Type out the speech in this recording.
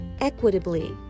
equitably